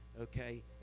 okay